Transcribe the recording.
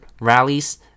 rallies